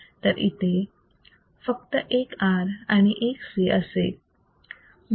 तर तिथे फक्त एक R आणि एक C असेल